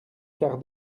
quart